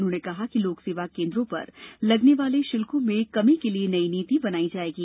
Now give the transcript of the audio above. उन्होंने कहा कि लोक सेवा केन्द्रों पर लगने वाले शुल्कों में कमी के लिए नई नीति बनाई जाएगी